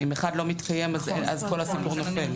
אם (1) לא מתקיים, אז כל הסיפור נופל.